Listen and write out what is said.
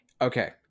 Okay